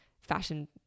fashion